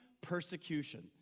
persecution